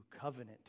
Covenant